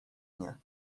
nie